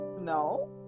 no